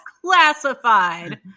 classified